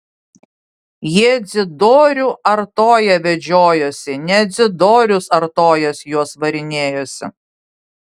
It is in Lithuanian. jie dzidorių artoją vedžiojosi ne dzidorius artojas juos varinėjosi